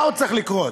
מה עוד צריך לקרות?